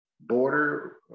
border